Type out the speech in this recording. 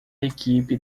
equipe